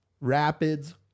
rapids